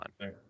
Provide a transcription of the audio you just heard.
fine